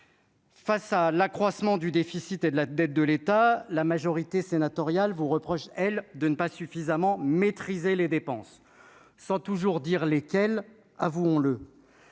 Face à l'accroissement du déficit et de la dette de l'État, la majorité sénatoriale vous reproche elle de ne pas suffisamment maîtriser les dépenses sont toujours dire lesquelles, avouons-le,